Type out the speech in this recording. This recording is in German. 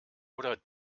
oder